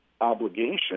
obligation